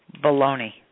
baloney